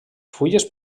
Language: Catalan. fulles